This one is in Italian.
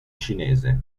cinese